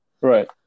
Right